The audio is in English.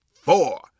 four